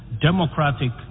democratic